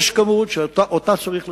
יש כמות שאותה צריך לסבסד,